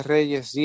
Reyes